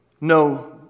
No